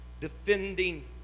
Defending